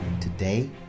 today